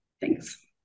Thanks